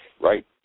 right